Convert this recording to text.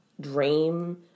dream